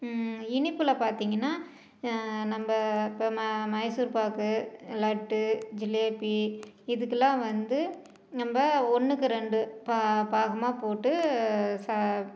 இனிப்பில் பார்த்திங்கன்னா நம்ம இப்போ மைசூர் பாக்கு லட்டு ஜிலேபி இதுக்கெல்லாம் வந்து நம்ம ஒன்றுக்கு ரெண்டு பாகமாக போட்டு